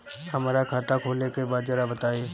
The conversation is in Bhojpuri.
हमरा खाता खोले के बा जरा बताई